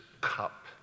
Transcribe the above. cup